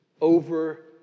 over